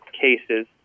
cases